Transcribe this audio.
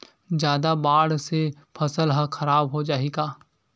जादा बाढ़ से फसल ह खराब हो जाहि का?